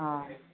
অঁ